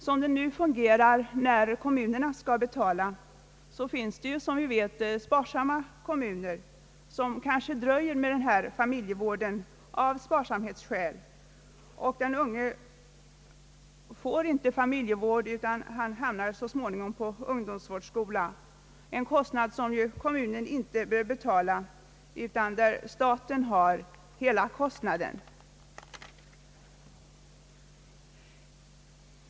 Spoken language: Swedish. Med det nuvarande systemet skall kommunerna betala familjevården. Som vi vet finns det ju sparsamma kommuner, som kanske dröjer med familjevården av sparsamhetsskäl. Den unge får inte familjevård utan hamnar så småningom på ungdomsvårdsskola, där kommunen ju inte behöver betala någonting utan staten står för hela kostnaden.